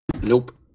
Nope